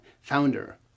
founder